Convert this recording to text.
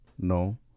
No